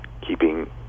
keeping